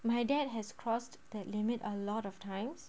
my dad has crossed that limit a lot of times